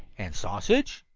and sausage?